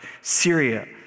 Syria